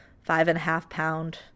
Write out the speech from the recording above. five-and-a-half-pound